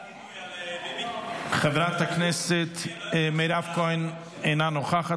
חברת הכנסת מירב כהן, אינה נוכחת.